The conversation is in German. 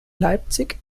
leipzig